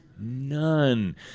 none